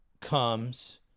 comes